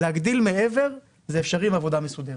להגדיל מעבר זה אפשרי עם עבודה מסודרת.